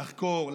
לחקור,